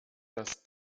dass